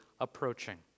approaching